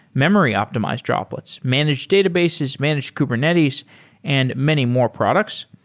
memory optimized droplets, managed databases, managed kubernetes and many more products.